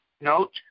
Note